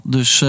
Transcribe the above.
Dus